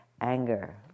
anger